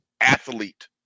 athlete